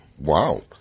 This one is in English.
Wow